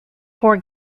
four